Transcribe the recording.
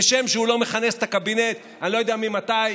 כשם שהוא לא מכנס את הקבינט אני לא יודע ממתי,